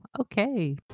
Okay